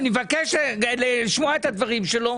אני מבקש לשמוע את הדברים שלו,